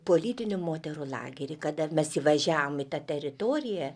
politinį moterų lagerį kada mes įvažiavom į tą teritoriją